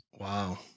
Wow